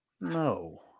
No